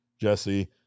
Jesse